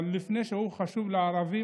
אבל לפני שהם חשובים לערבים,